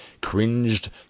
Cringed